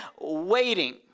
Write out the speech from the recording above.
waiting